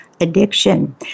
addiction